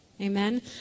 Amen